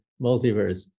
multiverse